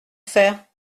faire